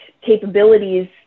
capabilities